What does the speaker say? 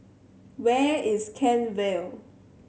where is Kent Vale